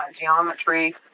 geometry